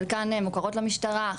חלקן מוכרות למשטרה,